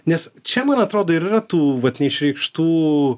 nes čia man atrodo yra tų vat neišreikštų